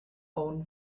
own